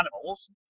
animals